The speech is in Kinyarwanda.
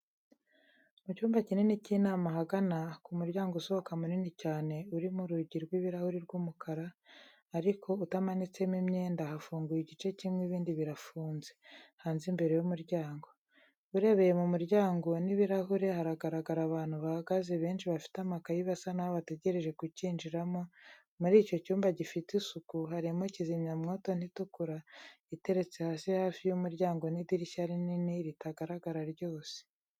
Mu cyumba kinini cy'inama, ahagana ku muryango usohoka munini cyane, urimo urugi rw'ibirahuri rw'umukara, ariko utamanitsemo imyenda, hafunguye igice kimwe ibindi birafunze, hanze imbere y'umuryango. Urebeye mu muryango n'ibirahuri, haragaragara abantu bahagaze benshi bafite amakayi, basa naho bategereje kukinjiramo, muri icyo cyumba, gifite isuku, harimo kizimyamwoto nto itukura, iteretse hasi, hafi y'umuryango n'idirishya rinini ritagaragara ryose.